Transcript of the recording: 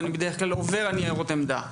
ואני בדרך כלל עובר על ניירות עמדה.